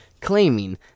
claiming